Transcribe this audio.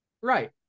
right